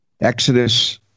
Exodus